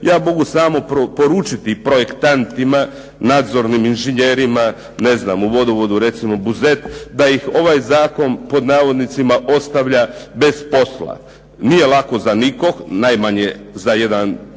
mogu samo poručiti projektantima nadzornim inženjerima, u vodovodu recimo Buzet da ih ovaj zakon "ostavlja" bez posla. Nije lako za nikog, najmanje za jedan Buzet,